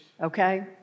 okay